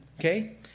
Okay